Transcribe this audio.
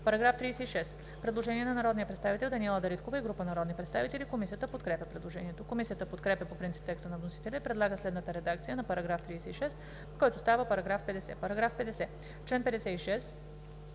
По § 36 има предложение от народния представител Даниела Дариткова и група народни представители. Комисията подкрепя предложението. Комисията подкрепя по принцип текста на вносителя и предлага следната редакция на § 36, който става § 50: „§ 50. В чл.